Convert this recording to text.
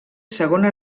segona